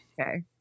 Okay